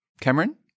Cameron